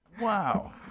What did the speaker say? Wow